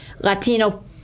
Latino